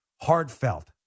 heartfelt